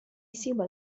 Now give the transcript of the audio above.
سوى